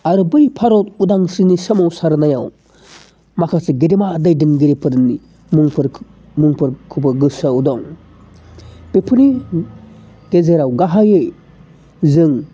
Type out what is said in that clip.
आरो बै भारत उदांस्रिनि सोमावसारनायाव माखासे गेदेमा दैदेनगिरिफोरनि मुंफोरखौबो गोसोआव दं बेफोरनि गेजेराव गाहायै जों